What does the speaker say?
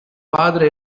padre